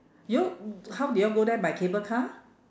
y'all how do y'all go there by cable car